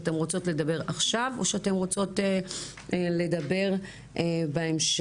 אתן רוצות לדבר עכשיו או שאתן רוצות לדבר בהמשך?